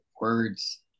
words